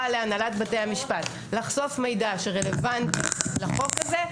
להנהלת בתי המשפט לחשוף מידע שרלוונטי לחוק הזה,